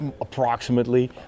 approximately